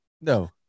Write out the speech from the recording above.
No